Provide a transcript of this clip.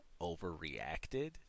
overreacted